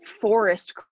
forest